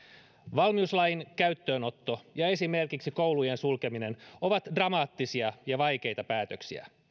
valmiuslain käyttöönotto ja esimerkiksi koulujen sulkeminen ovat dramaattisia ja vaikeita päätöksiä